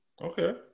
Okay